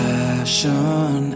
Passion